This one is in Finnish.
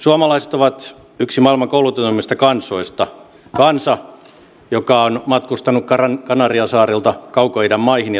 suomalaiset ovat yksi maailman koulutetuimmista kansoista kansa joka on matkustanut kanariansaarilta kaukoidän maihin ja tutustunut kulttuureihin